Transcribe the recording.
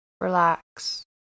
Relax